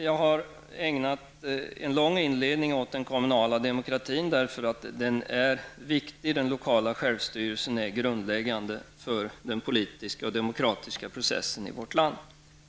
Jag har ägnat en lång inledning åt den kommunala demokratin därför att den är viktig. Den lokala självstyrelsen är grundläggande för den politiska och demokratiska processen i vårt land.